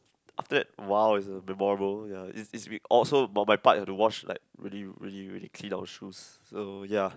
after that !wow! it's a memorable ya it's it's so for my part I have to wash like really really really clean our shoes so ya